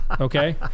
okay